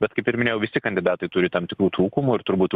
bet kaip ir minėjau visi kandidatai turi tam tikrų trūkumų ir turbūt